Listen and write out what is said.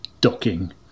docking